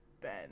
Ben